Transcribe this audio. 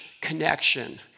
connection